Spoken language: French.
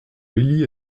lily